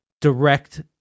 direct